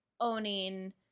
owning